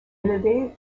élever